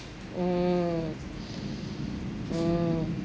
mm mm